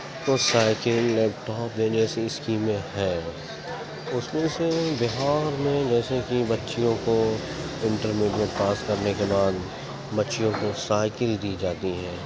کو cycle laptop دینے سی اسکیمیں ہیں اس میں سے بہار میں جیسے کہ بچیوں کو انٹرمیڈیٹ پاس کرنے کے بعد بچیوں کو سائیکل دی جاتی ہے